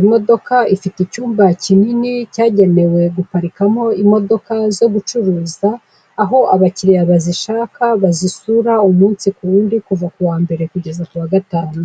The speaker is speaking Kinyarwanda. imodoka ifite icyumba kinini cyagenewe guparikamo imodoka zo gucuruza aho abakiriya bazishaka bazisura umunsi ku wundi kuva kuwa mbere kugeza kuwa gatanu.